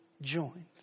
joined